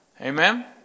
amen